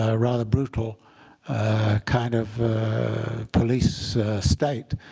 ah rather brutal kind of police state.